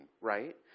right